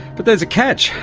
but there's a catch.